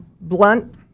blunt